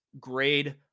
grade